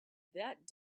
that